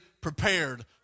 prepared